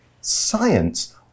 science